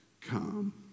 come